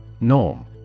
Norm